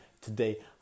today